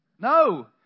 No